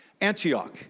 Antioch